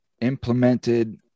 implemented